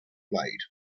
played